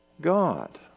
God